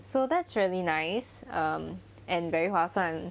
so that's really nice um and very 划算